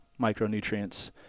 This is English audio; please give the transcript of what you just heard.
micronutrients